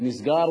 נסגר?